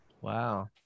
Wow